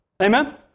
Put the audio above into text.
Amen